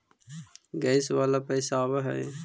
Gas वाला पैसा आव है?